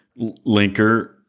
linker